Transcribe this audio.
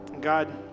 God